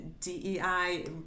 DEI